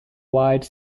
wide